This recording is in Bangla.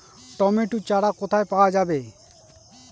টমেটো চারা কোথায় পাওয়া যাবে?